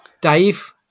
Dave